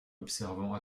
observant